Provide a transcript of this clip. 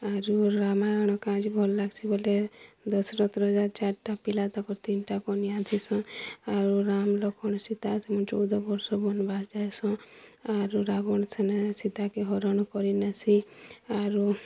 ଆରୁ ରାମାୟଣ କାଁଜେ ଭଲ୍ ଲାଗସି ବୋଲେ ଦଶରଥ୍ ରଜା ଚାର୍ ଟା ପିଲା ତାକର୍ ତିନିଟା କନିଆଁ ଥିସନ୍ ଆଉ ରାମ୍ ଲକ୍ଷ୍ମଣ୍ ସୀତା ସେମାନେ ଚଉଦ୍ ବର୍ଷ୍ ବନବାସ୍ ଯାଏସନ୍ ଆରୁ ରାବଣ୍ ସେନେ ସୀତାକେ ହରଣକରି ନେସି ଆରୁ